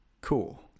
cool